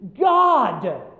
God